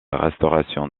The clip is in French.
restauration